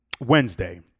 Wednesday